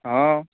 हँ